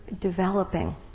developing